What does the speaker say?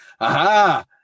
aha